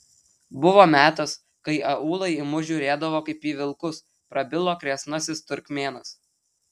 buvo metas kai aūlai į mus žiūrėdavo kaip į vilkus prabilo kresnasis turkmėnas